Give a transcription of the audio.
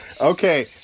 Okay